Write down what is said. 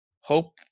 hope